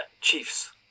Chiefs